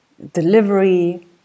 delivery